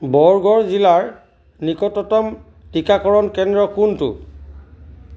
বৰগড় জিলাৰ নিকটতম টীকাকৰণ কেন্দ্ৰ কোনটো